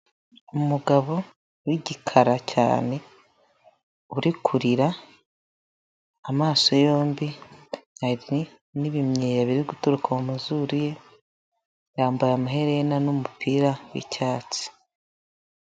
Umugabo w'igikara cyane, uri kurira amaso yombi, hari n'ibimyira biri guturuka mu mazuru ye, yambaye amaherena n'umupira w'icyatsi.